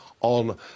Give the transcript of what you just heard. on